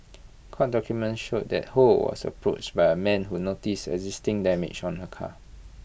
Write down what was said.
court documents showed that ho was approached by A man who notice existing damage on her car